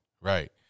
Right